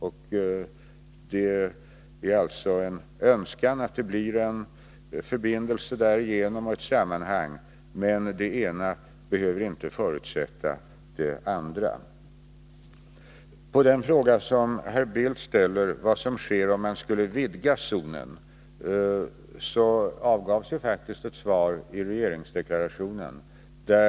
Det är alltså önskvärt att det blir en förbindelse och ett sammanhang mellan dessa båda ting, men det ena förutsätter inte det andra. På den fråga som herr Bildt ställde om vad som sker om man skulle vidga korridoren avgavs ett svar i regeringsdeklarationen.